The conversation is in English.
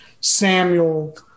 Samuel